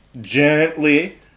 gently